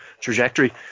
trajectory